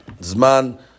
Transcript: Zman